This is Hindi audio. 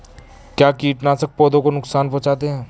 क्या कीटनाशक पौधों को नुकसान पहुँचाते हैं?